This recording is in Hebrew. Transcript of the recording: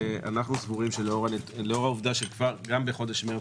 אנחנו סבורים שלאור העובדה שבחודש מרץ